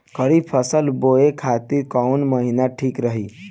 खरिफ फसल बोए खातिर कवन महीना ठीक रही?